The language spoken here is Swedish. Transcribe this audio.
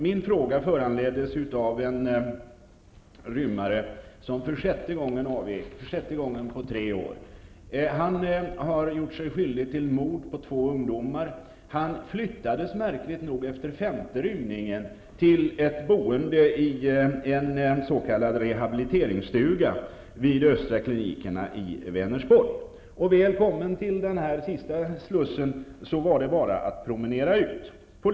Min fråga föranleddes av en rymmare som för sjätte gången på tre år avvek. Han har gjort sig skyldig till mord på två ungdomar. Han flyttades märkligt nog efter femte rymningen till ett boende i en s.k. rehabiliteringsstuga vid Östra klinikerna i Vänersborg. Väl kommen till den här sista slussen var det bara att promenera ut.